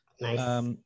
Nice